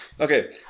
Okay